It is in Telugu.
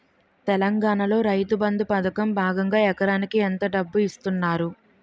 తెలంగాణలో రైతుబంధు పథకం భాగంగా ఎకరానికి ఎంత డబ్బు ఇస్తున్నారు?